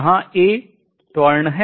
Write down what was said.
जहां a त्वरण है